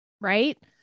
Right